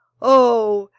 oh,